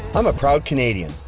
i'm a proud canadian.